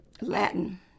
Latin